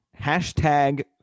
Hashtag